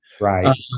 Right